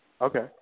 Okay